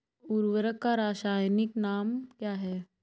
उर्वरक का रासायनिक नाम क्या है?